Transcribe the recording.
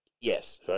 Yes